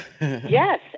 Yes